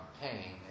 pain